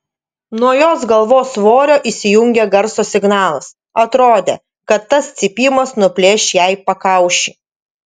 nuo jos galvos svorio įsijungė garso signalas atrodė kad tas cypimas nuplėš jai pakaušį